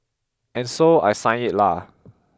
and so I signed it lah